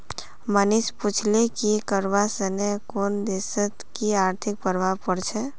मनीष पूछले कि करवा सने कुन देशत कि आर्थिक प्रभाव पोर छेक